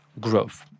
growth